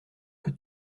que